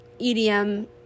EDM